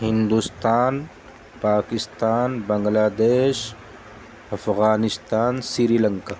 Hindustan Pakistan Bangladesh Afghanistan Sri Lanka